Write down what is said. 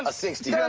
ah sixty. yeah